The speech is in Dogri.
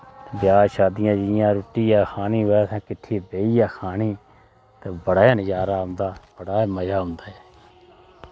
बयाह् शादियां जियां रुट्टी गै खानी होऐ किट्ठी बेहियै खानी ते बड़ा गै नज़ारा औंदा बड़ा गै मज़ा औंदा ऐ